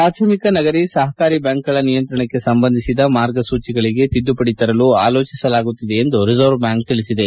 ಪ್ರಾಥಮಿಕ ನಗರ ಸಹಕಾರಿ ಬ್ಯಾಂಕುಗಳ ನಿಯಂತ್ರಣಕ್ಕೆ ಸಂಬಂಧಿಸಿದ ಮಾರ್ಗಸೂಚಿಗಳಿಗೆ ತಿದ್ಲುಪಡಿ ತರಲು ಆಲೋಚಿಸಲಾಗುತ್ತಿದೆ ಎಂದು ರಿಸರ್ವ್ ಬ್ಲಾಂಕ್ ಹೇಳಿದೆ